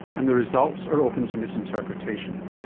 and the results are open to misinterpretation.